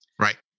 Right